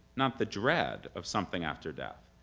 not the dread of something after death,